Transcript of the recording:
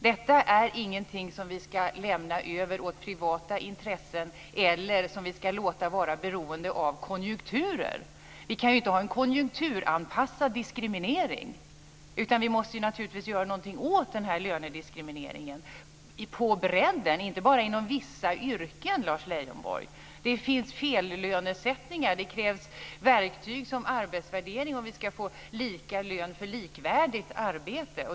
Detta är ingenting som vi ska lämna över åt privata intressen eller som vi ska låta vara beroende av konjunkturer. Vi kan ju inte ha en konjunkturanpassad diskriminering, utan vi måste naturligtvis göra någonting åt lönediskrimineringen på bredden och inte bara inom vissa yrken, Lars Leijonborg. Det finns fellönesättningar. Det krävs verktyg som arbetsvärdering om vi ska få lika lön för likvärdigt arbete.